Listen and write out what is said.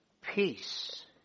peace